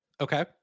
Okay